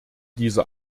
dieser